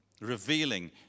revealing